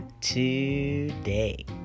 today